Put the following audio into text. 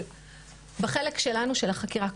אבל בחלק שלנו של החקירה.